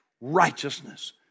righteousness